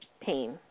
pain